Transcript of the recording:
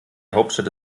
hauptstadt